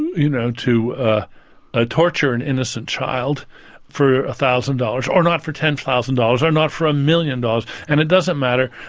you know, to ah ah torture an innocent child for a thousand dollars, or not for ten thousand dollars, or not for a million dollars. and it doesn't matter,